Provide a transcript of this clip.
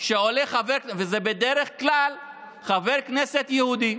שעולה חבר כנסת, בדרך כלל חבר כנסת יהודי,